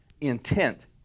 intent